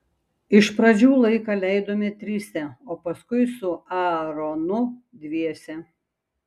iš pradžių laiką leidome trise o paskui su aaronu dviese